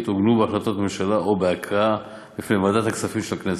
עוגנו בהחלטות ממשלה או בהקראה בפני ועדת הכספים של הכנסת.